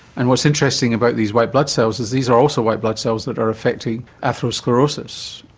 and what's interesting about these white blood cells is these are also white blood cells that are affecting atherosclerosis.